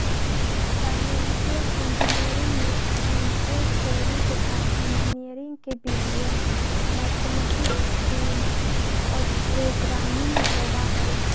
financial engineering में financial theory के साथ इंजीनियरिंग के विधियन, मैथेमैटिक्स टूल्स और प्रोग्रामिंग होबा हई